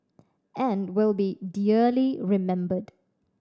and will be dearly remembered